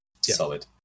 solid